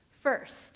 First